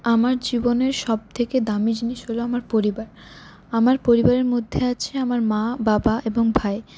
আমার জীবনের সবথেকে দামি জিনিস হল আমার পরিবার আমার পরিবারের মধ্যে আছে আমার মা বাবা এবং ভাই